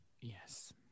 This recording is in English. Yes